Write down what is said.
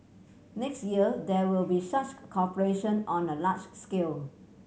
next year there will be such cooperation on a large scale